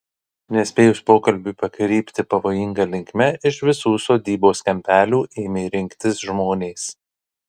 nespėjus pokalbiui pakrypti pavojinga linkme iš visų sodybos kampelių ėmė rinktis žmonės